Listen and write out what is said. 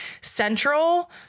central